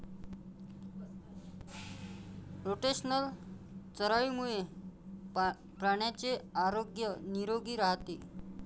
rotational चराईमुळे प्राण्यांचे आरोग्य निरोगी राहते